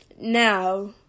Now